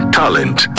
talent